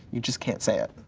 you just can't say it.